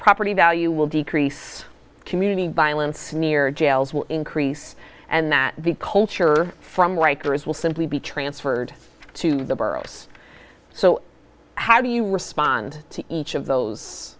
property value will decrease community violence near jails will increase and that because from like there is will simply be transferred to the boroughs so how do you respond to each of those